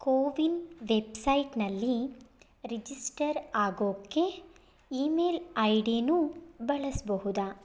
ಕೋವಿನ್ ವೆಬ್ಸೈಟ್ನಲ್ಲಿ ರಿಜಿಸ್ಟರ್ ಆಗೋಕ್ಕೆ ಇಮೇಲ್ ಐಡಿನೂ ಬಳಸಬಹುದಾ